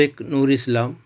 Sheikh Nur Islam